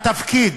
התפקיד